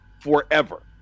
forever